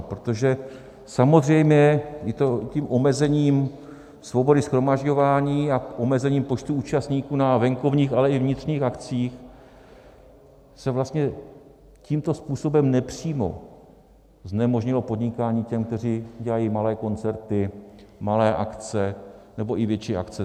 Protože samozřejmě tím omezením svobody shromažďování a omezením počtu účastníků na venkovních, ale i vnitřních akcích se vlastně tímto způsobem nepřímo znemožnilo podnikání těm, kteří dělají malé koncerty, malé akce, nebo i větší akce.